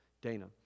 Dana